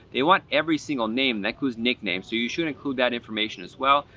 they want every single name. that includes nicknames. so you should include that information as well.